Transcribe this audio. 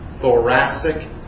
thoracic